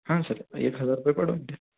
हां सर एक हजार रुपये पाठवून द्या